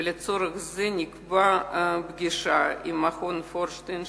ולצורך זה נקבעה פגישה עם מכון פוירשטיין,